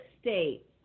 state